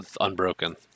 Unbroken